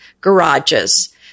garages